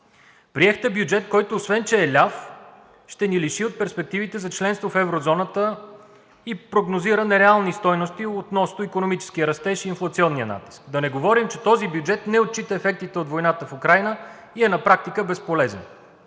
Приехте бюджет, който, освен че е ляв, ще ни лиши от перспективите за членство в еврозоната и прогнозира нереални стойности относно икономическия растеж и инфлационния натиск. Да не говорим, че този бюджет не отчита ефектите от войната в Украйна и е на практика безполезен.